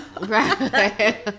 right